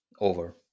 over